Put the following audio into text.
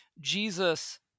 Jesus